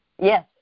yes